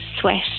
sweat